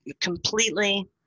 completely